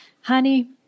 honey